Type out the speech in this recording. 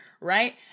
right